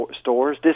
stores